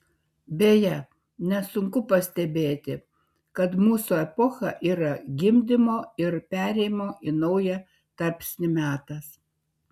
beje nesunku pastebėti kad mūsų epocha yra gimdymo ir perėjimo į naują tarpsnį metas